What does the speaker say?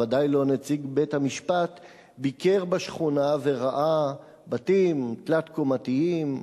ודאי לא נציג בית-המשפט ביקר בשכונה וראה בתים תלת-קומתיים,